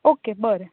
okay बरें